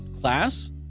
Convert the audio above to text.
class